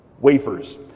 Wafers